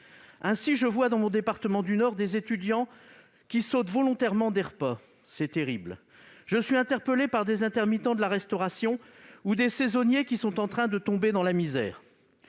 Ainsi, je vois dans mon département du Nord des étudiants qui sautent volontairement des repas : c'est terrible. Je suis interpellé par des intermittents de la restauration ou des saisonniers, qui sont en train de tomber dans la misère.